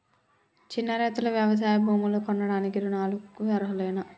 చిన్న రైతులు వ్యవసాయ భూములు కొనడానికి రుణాలకు అర్హులేనా?